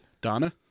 Donna